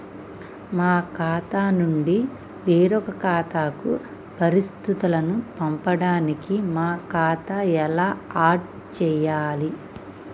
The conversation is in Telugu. మా ఖాతా నుంచి వేరొక ఖాతాకు పరిస్థితులను పంపడానికి మా ఖాతా ఎలా ఆడ్ చేయాలి?